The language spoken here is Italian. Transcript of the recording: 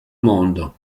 mondo